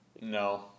No